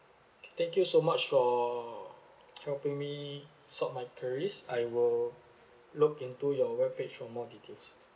thank you so much for helping me solve my queries I will look into your webpage for more details